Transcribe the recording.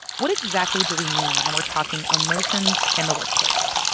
what exactly do we mean when we're talking emotions in the workplace?